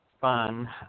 fun